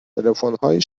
تلفنهای